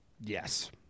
Yes